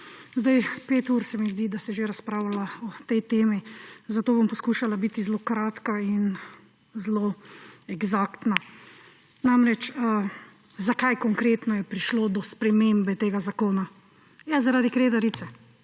tukaj! Pet ur se mi zdi, da se že razpravlja o tej temi, zato bom poskušala biti zelo kratka in zelo eksaktna. Namreč, zakaj konkretno je prišlo do spremembe tega zakona? Ja, zaradi Kredarice.